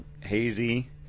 hazy